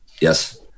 Yes